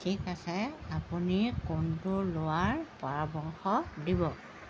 ঠিক আছে আপুনি কোনটো লোৱাৰ পৰামৰ্শ দিব